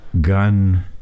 gun